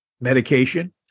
medication